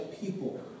people